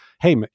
hey